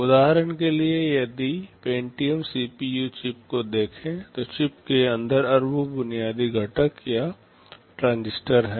उदाहरण के लिए यदि हम पेंटियम सीपीयू चिप को देखें तो चिप के अंदर अरबों बुनियादी घटक या ट्रांजिस्टर हैं